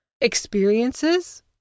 experiences